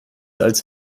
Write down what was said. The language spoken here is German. als